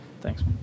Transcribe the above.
Thanks